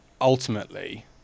ultimately